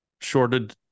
shorted